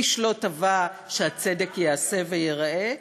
איש לא תבע שהצדק ייעשה וייראה.